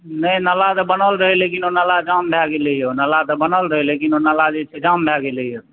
नहि नाला तऽ बनल रहै लेकिन ओ नाला जाम भए गेलैया नाला तऽ बनल रहै लेकिन ओ नाला जे छै जाम भए गेलैया